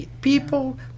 People